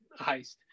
heist